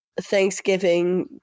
Thanksgiving